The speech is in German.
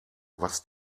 was